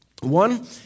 One